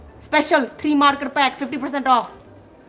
special, three marker pack fifty percent off.